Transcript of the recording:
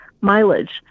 mileage